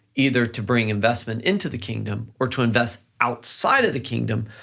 either to bring investment into the kingdom or to invest outside of the kingdom,